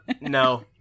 no